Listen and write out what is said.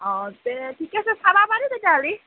অঁ তে ঠিকে আছে চাবা পাৰি তেতিয়াহ'লে